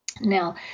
now